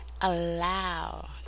allow